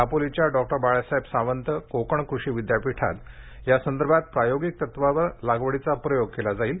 दापोलीच्या डॉक्टर बाळासाहेब सावंत कोकण कृषी विद्यापीठात यासंदर्भात प्रायोगिक तत्वावर लागवडीचा प्रयोग केला जाणार आहे